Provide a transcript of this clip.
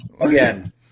again